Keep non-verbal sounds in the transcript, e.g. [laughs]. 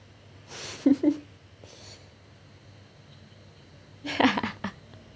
[laughs]